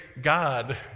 God